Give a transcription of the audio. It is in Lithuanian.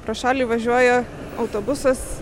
pro šalį važiuoja autobusas